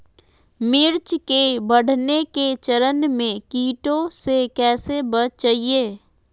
मिर्च के बढ़ने के चरण में कीटों से कैसे बचये?